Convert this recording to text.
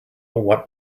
what